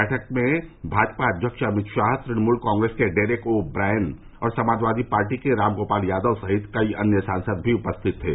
बैठक में भाजपा अध्यक्ष अभित शाह तृणमूल कांग्रेस के डेरेक ओ ब्रायन और समाजवादी पार्टी के रामगोपाल यादव सहित कई अन्य सांसद भी उपरिथत थे